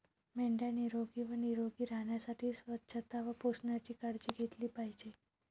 मेंढ्या निरोगी व निरोगी राहण्यासाठी स्वच्छता व पोषणाची काळजी घेतली पाहिजे